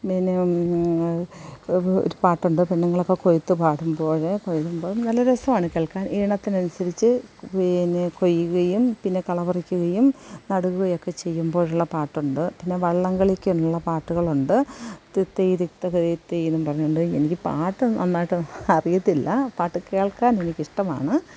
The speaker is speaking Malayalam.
പിന്നെ ഒരു പാട്ടുണ്ട് പെണ്ണുങ്ങളൊക്കെ കൊയ്ത്തു പാടുമ്പോൾ കൊയ്യുമ്പം നല്ല രസമാണ് കേൾക്കാൻ ഈണത്തിനനുസരിച്ച് പീന്നെ കൊയ്യുകയും പിന്നെ കള പറിക്കുകയും നടുകുകയൊക്കെ ചെയ്യുമ്പോഴുള്ള പാട്ടുണ്ട് പിന്നെ വള്ളം കളിക്കുള്ള പാട്ടുകളുണ്ട് തിതൈ തിത്തക തിത്തൈയെന്നും പറഞ്ഞു കൊണ്ട് എനിക്ക് പാട്ട് നന്നായിട്ടൊ അറിയത്തില്ല പാട്ട് കേൾക്കാൻ എനിക്കിഷ്ടമാണ്